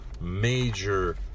major